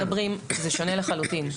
זה שונה לחלוטין,